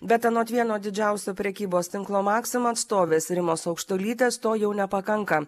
bet anot vieno didžiausio prekybos tinklo maxima atstovės rimos aukštuolytės to jau nepakanka